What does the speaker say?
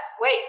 wait